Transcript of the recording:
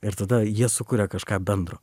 ir tada jie sukuria kažką bendro